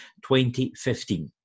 2015